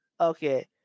Okay